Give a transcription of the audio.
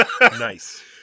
nice